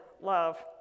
love